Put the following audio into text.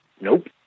nope